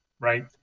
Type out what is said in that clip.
Right